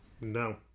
No